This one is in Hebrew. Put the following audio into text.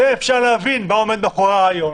אפשר להבין מה הרעיון.